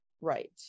right